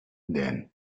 then